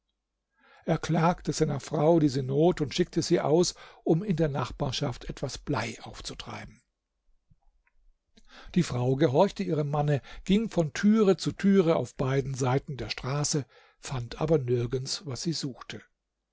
er klagte seiner frau diese not und schickte sie aus um in der nachbarschaft etwas blei aufzutreiben die frau gehorchte ihrem manne ging von türe zu türe auf beiden seiten der straße fand aber nirgends was sie suchte